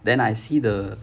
then I see the